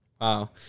Wow